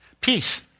Peace